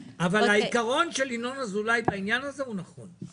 העיקרון שאומר ינון אזולאי בעניין הזה, הוא נכון.